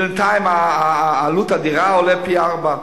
בינתיים עלות הדירה גדלה פי-ארבעה,